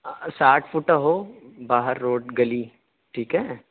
ساٹھ فٹا ہو باہر روڈ گلی ٹھیک ہے